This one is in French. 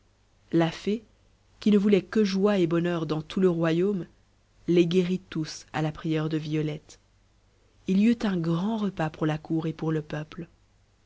la fée qui ne voulait que joie et bonheur dans tout le royaume les guérit tous à la prière de violette il y eut un grand repas pour la cour et pour le peuple